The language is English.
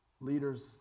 leaders